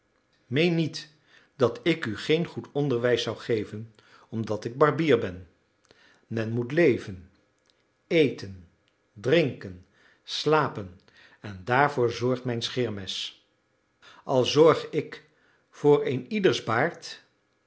meen niet dat ik u geen goed onderwijs zou geven omdat ik barbier ben men moet leven eten drinken slapen en daarvoor zorgt mijn scheermes al zorg ik voor een ieders baard